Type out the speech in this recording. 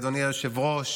אדוני היושב-ראש,